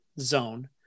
zone